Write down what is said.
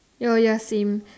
oh ya same